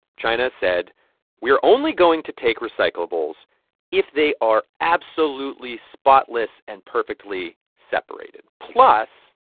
china said we are only going to take recyclables if they are absolutely spotless and perfectly separated. plus,